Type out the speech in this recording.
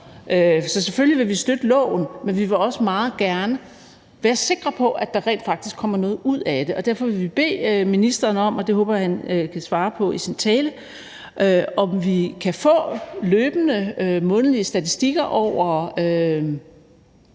Selvfølgelig vil vi støtte lovforslaget, men vi vil også meget gerne være sikre på, at der rent faktisk kommer noget ud af det, og derfor vil vi høre ministeren, og det håber jeg han kan svare på i sin tale, om vi kan få løbende månedlige statistikker over